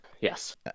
Yes